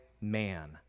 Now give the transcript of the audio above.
man